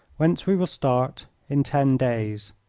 whence we will start in ten days.